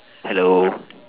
hello